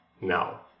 Now